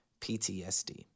PTSD